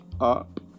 up